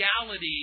reality